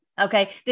okay